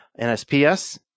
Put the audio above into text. NSPS